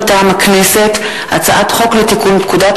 מטעם הכנסת: הצעת חוק לתיקון פקודת